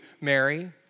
Mary